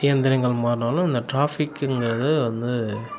இயந்திரங்கள் மாறினாலும் இந்த டிராஃபிக்குங்கிறது வந்து